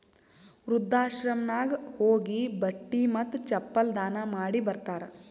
ವೃದ್ಧಾಶ್ರಮನಾಗ್ ಹೋಗಿ ಬಟ್ಟಿ ಮತ್ತ ಚಪ್ಪಲ್ ದಾನ ಮಾಡಿ ಬರ್ತಾರ್